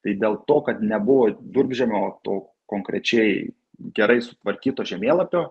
tai dėl to kad nebuvo durpžemio to konkrečiai gerai sutvarkyto žemėlapio